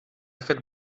fet